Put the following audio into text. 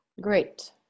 Great